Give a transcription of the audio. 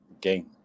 game